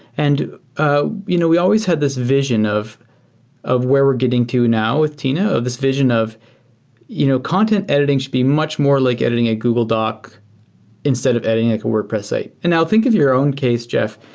and ah you know we always had this vision of of where we're getting to now with tina. this vision of you know content editing should be much more like editing a google doc instead of editing like a wordpress site. and now think of your own case, jeff.